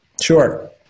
Sure